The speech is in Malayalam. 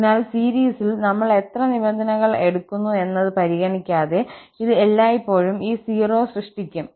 അതിനാൽ സീരീസിൽ നമ്മൾ എത്ര നിബന്ധനകൾ എടുക്കുന്നു എന്നത് പരിഗണിക്കാതെ ഇത് എല്ലായ്പ്പോഴും ഈ 0 സൃഷ്ടിക്കും